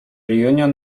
union